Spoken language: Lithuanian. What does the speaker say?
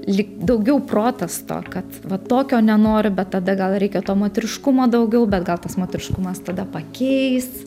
lyg daugiau protas to kad va tokio nenoriu bet tada gal reikia to moteriškumo daugiau bet gal tas moteriškumas tada pakeis